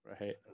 Right